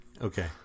Okay